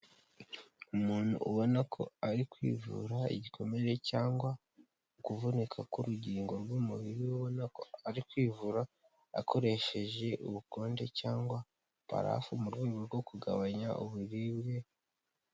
Umuntu ubona ko ari kwivura igikomere cyangwa ukuvunika k'urugingo rw'umubiri, ubona ko ari kwivura akoresheje ubukonje cyangwa parafu mu rwego rwo kugabanya uburiribwe.